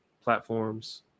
platforms